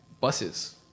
buses